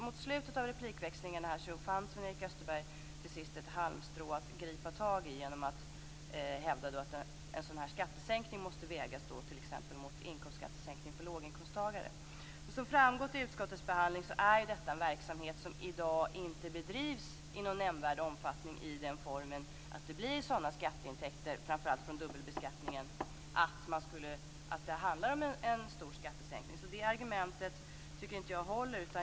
Mot slutet av replikväxlingen fann Sven-Erik Österberg till sist ett halmstrå att gripa tag i, genom att hävda att en sådan här skattesänkning måste vägas mot t.ex. inkomstskattesänkningar för låginkomsttagare. Som framgått av utskottets behandling är det en verksamhet som i dag inte bedrivs i någon nämnvärd omfattning i den formen. Det blir inga sådana skatteintäkter från framför allt dubbelbeskattningen att det handlar om en stor skattesänkning. Det argumentet tycker inte jag håller.